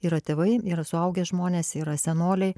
yra tėvai yra suaugę žmonės yra senoliai